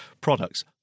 products